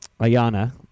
Ayana